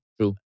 True